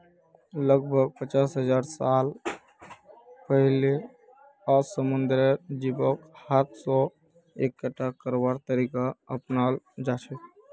लगभग पचास हजार साल पहिलअ स समुंदरेर जीवक हाथ स इकट्ठा करवार तरीका अपनाल जाछेक